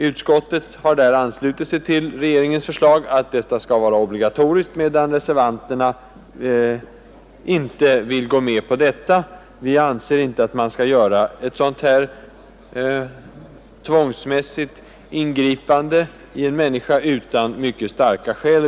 Utskottet har där anslutit sig till regeringens förslag att detta skall vara obligatoriskt, medan vi reservanter inte vill gå med på det. Vi anser inte att man skall göra ett sådant här tvångsmässigt ingrepp på en människa utan mycket starka skäl.